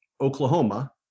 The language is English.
Oklahoma